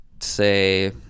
say